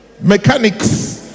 mechanics